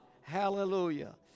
Hallelujah